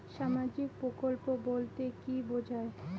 সামাজিক প্রকল্প বলতে কি বোঝায়?